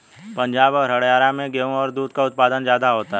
पंजाब और हरयाणा में गेहू और दूध का उत्पादन ज्यादा होता है